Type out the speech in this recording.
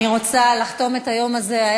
אני רוצה לחתום את היום הזה.